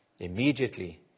Immediately